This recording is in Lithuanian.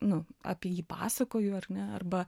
nu apie jį pasakoju ar ne arba